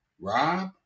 Rob